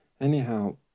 anyhow